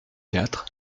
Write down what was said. quatre